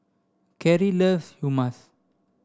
Kerry loves Hummus